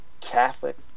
Catholic